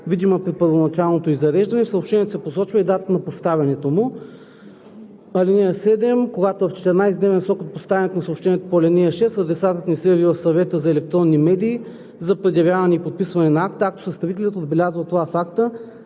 видима при първоначалното ѝ зареждане. В съобщението се посочва и датата на поставянето му.“ Алинея 7: „Когато в 14-дневен срок от поставянето на съобщението по ал. 6 адресатът не се яви в Съвета за електронни медии за предявяване и подписване на акта, актосъставителят отбелязва това в акта.